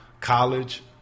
college